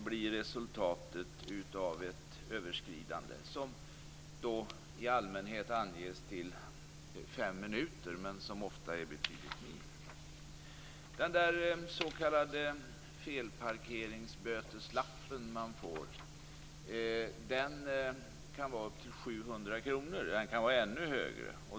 Överskridandet i tid anges i allmänhet till fem minuter, men det är ofta betydligt mindre. Den s.k. felparkeringsböteslappen som man får kan vara på upp till 700 kr och ännu mera.